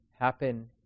happen